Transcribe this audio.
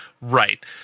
Right